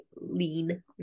lean